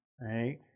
Right